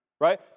right